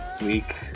week